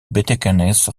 betekenis